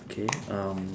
K um